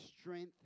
strength